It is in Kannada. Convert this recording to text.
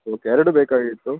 ಓಕೆ ಎರಡು ಬೇಕಾಗಿತ್ತು